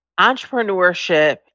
entrepreneurship